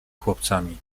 chłopcami